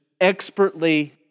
expertly